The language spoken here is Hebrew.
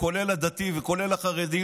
כולל הדתי וכולל החרדי,